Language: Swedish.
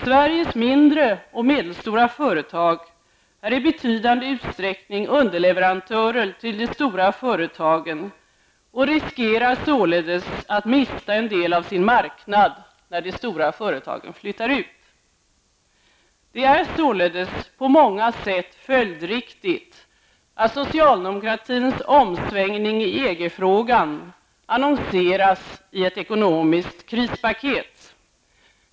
Sveriges mindre och medelstora företag är i betydande utsträckning underleverantörer till de stora företagen och riskerar således att mista en del av sin marknad när de stora företagen flyttar ut. Det är således på många sätt följdriktigt att socialdemokratins omsvängning i EG-frågan annonseras i ett ekonomiskt krispaket.